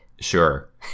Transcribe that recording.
sure